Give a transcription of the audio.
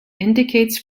indicates